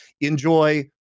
Enjoy